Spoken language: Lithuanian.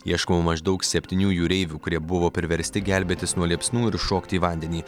ieškoma maždaug septynių jūreivių kurie buvo priversti gelbėtis nuo liepsnų ir šokti į vandenį